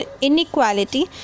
inequality